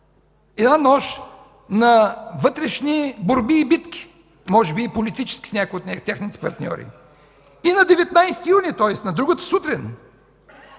една нощ на вътрешни борби и битки, може би и политически, в някои от техните партньори, и на 19 юни, тоест на другата сутрин,